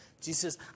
Jesus